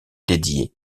dédiée